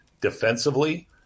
defensively